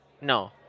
no